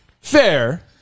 Fair